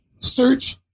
search